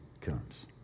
comes